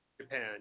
Japan